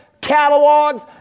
catalogs